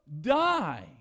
die